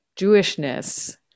Jewishness